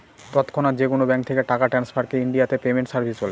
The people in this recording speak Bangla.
তৎক্ষণাৎ যেকোনো ব্যাঙ্ক থেকে টাকা ট্রান্সফারকে ইনডিয়াতে পেমেন্ট সার্ভিস বলে